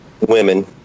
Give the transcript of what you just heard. women